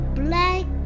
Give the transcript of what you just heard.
black